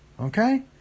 okay